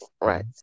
right